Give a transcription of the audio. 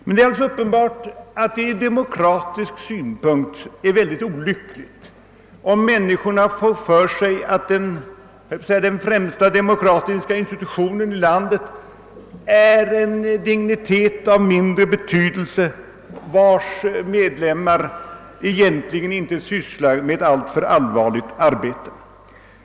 Men det är alldeles uppenbart att det ur demokratisk synpunkt är mycket olyckligt om människorna får för sig att den främsta demokratiska institutionen i landet är en dignitet av mindre betydelse och att denna institutions medlemmar egentligen inte sysslar med alltför allvarligt arbete.